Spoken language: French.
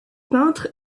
peintre